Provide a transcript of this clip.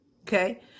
okay